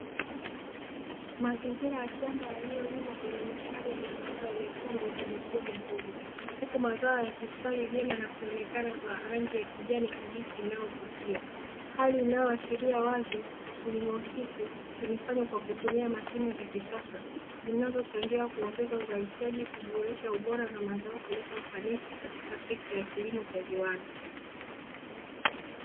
Mazingira ya shamba yaliyolimwa kwenye mistari ya matunda yamekuwa na mafanikio makubwa, huku mazao yakistawi vyema na kuonekana kwa rangi ya kijani kibichi inayovutia. Hali inayoashiria wazi kilimo huku kimefanywa kwa kutumia mashine za kisasa zinazochangia kuongeza uzalishaji, kuboresha ubora na mazao kuleta ufanisi katika sekta ya kilimo cha viwanda.